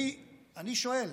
אני שואל,